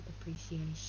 appreciation